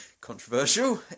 Controversial